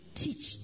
teach